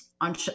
on